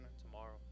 Tomorrow